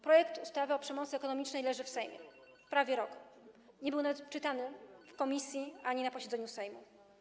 Projekt ustawy o przemocy ekonomicznej leży w Sejmie prawie rok, nie był nawet czytany na obradach komisji ani na posiedzeniu Sejmu.